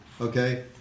Okay